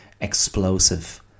explosive